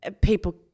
people